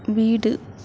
வீடு